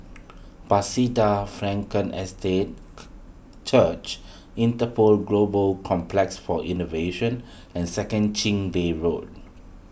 Bethesda Frankel Estate Church Interpol Global Complex for Innovation and Second Chin Bee Road